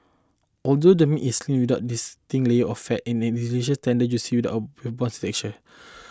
although the meat is lean without distinct lay of fat and it is deliciously tender juicy with a bouncy texture